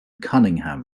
cunningham